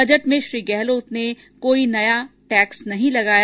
budget में श्री गहलोत ने कोई नया टैक्स नहीं लगाया